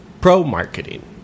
pro-marketing